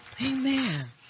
Amen